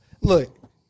look